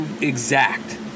exact